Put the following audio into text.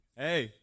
Hey